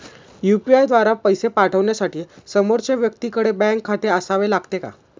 UPI द्वारा पैसे पाठवण्यासाठी समोरच्या व्यक्तीकडे बँक खाते असावे लागते का?